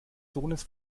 sohnes